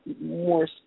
more